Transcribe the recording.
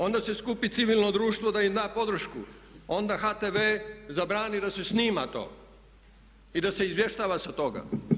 Onda se skupi civilno društvo da im da podršku, onda HTV zabrani da se snima to i da se izvještava sa toga.